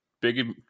Big